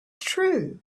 true